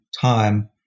time